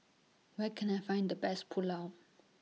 Where Can I Find The Best Pulao